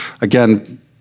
Again